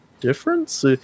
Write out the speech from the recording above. difference